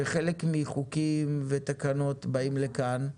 שחלק מחוקים ותקנות באים לכאן,